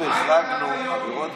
הרב פינדרוס, מה עם מלכת היופי?